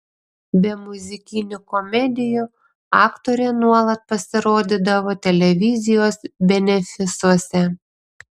be muzikinių komedijų aktorė nuolat pasirodydavo televizijos benefisuose